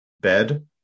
bed